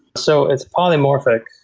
so it's polymorphic.